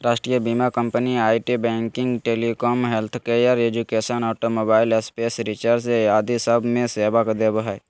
राष्ट्रीय बीमा company IT, banking, telecom, healthcare, education, automobile, space research आदि सब मे सेवा देवो हय